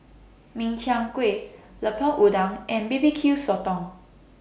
Min Chiang Kueh Lemper Udang and B B Q Sotong